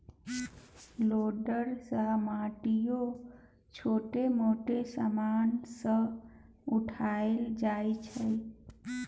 loader सँ माटि आ छोट मोट समान सब उठाएल जाइ छै